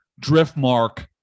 Driftmark